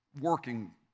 working